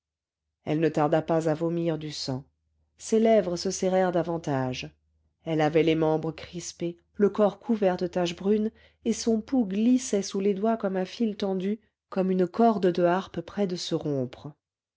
elle ne tarda pas à vomir du sang ses lèvres se serrèrent davantage elle avait les membres crispés le corps couvert de taches brunes et son pouls glissait sous les doigts comme un fil tendu comme une corde de harpe près de se rompre